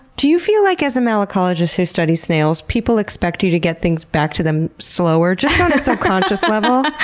do you feel like, as a malacologist who studies snails, people expect you to get things back to them slower? just on a subconscious level?